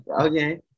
Okay